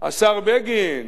השר בגין,